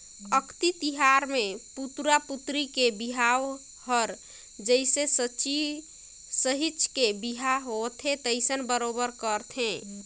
अक्ती तिहार मे पुतरा पुतरी के बिहाव हर जइसे सहिंच के बिहा होवथे तइसने बरोबर करथे